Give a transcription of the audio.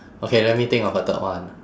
okay let me think of a third one